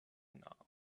now